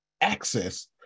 access